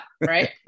Right